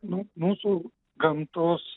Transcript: nu mūsų gamtos